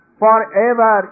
forever